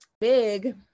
big